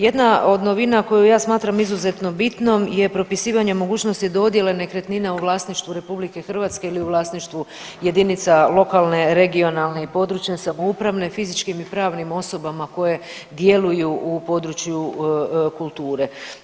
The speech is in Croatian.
Jedna od novina koju ja smatram izuzetno bitnom je propisivanje mogućnosti dodjele nekretnina u vlasništvu RH ili u vlasništvu jedinica lokalne, regionalne i područne samouprave fizičkim i pravnim osobama koje djeluju u području kulture.